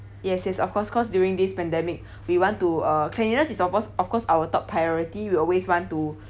yes yes of course cause during this pandemic we want to uh cleanliness is of course of course our top priority we'll always want to